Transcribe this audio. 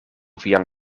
vian